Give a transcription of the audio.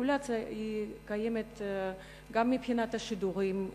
רגולציה קיימת גם מבחינת השידורים,